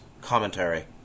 commentary